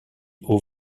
haut